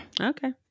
Okay